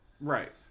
Right